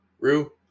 Rue